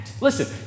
Listen